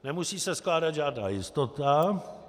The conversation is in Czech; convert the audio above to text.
Nemusí se skládat žádná jistota.